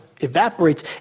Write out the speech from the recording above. evaporates